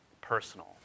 personal